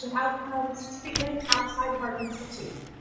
you know outcomes treatment outside of ah institute.